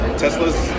tesla's